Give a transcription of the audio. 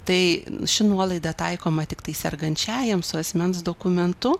tai ši nuolaida taikoma tiktai sergančiajam su asmens dokumentu